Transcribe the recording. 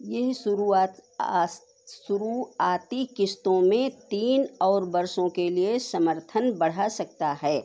यह शुरुआत शुरुआती किश्तों में तीन और वर्षों के लिए समर्थन बढ़ा सकता है